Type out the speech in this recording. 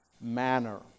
manner